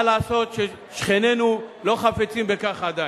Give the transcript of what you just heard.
מה לעשות ששכנינו לא חפצים בכך עדיין.